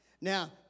Now